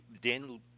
Daniel